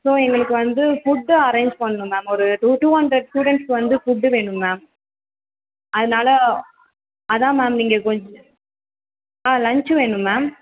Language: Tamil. ஸோ எங்களுக்கு வந்து ஃபுட்டு அரேஞ்ச் பண்ணணும் மேம் ஒரு டூ டூ ஹண்ட்ரெட் ஸ்டூடெண்ட்ஸுக்கு வந்து ஃபுட்டு வேணும் மேம் அதனால அதுதான் மேம் நீங்கள் கொஞ்சம் ஆ லன்ச்சு வேணும் மேம்